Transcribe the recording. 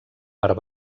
part